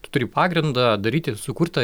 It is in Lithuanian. tu turi pagrindą daryti sukurtą